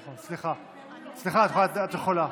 נכון, סליחה, את יכולה.